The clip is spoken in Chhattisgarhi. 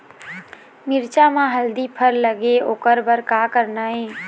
मिरचा म जल्दी फल लगे ओकर बर का करना ये?